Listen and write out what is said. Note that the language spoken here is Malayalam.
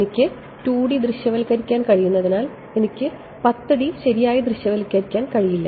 എനിക്ക് 2D ദൃശ്യവത്കരിക്കാൻ കഴിയുന്നതിനാൽ എനിക്ക് 10D ശരിയായി ദൃശ്യവൽക്കരിക്കാൻ കഴിയില്ല